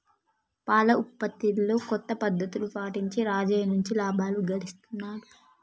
పాల ఉత్పత్తిలో కొత్త పద్ధతులు పాటించి రాజయ్య మంచి లాభాలు గడిస్తున్నాడు